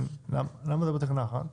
למה לא בתקנה אחת?